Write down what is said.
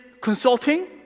consulting